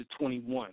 21